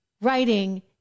writing